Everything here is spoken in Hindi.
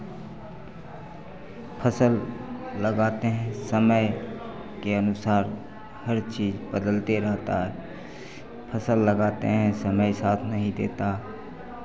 फ़सल लगाते हैं समय के अनुसार हर चीज़ बदलते रहता है फ़सल लगाते हैं समय साथ नहीं देता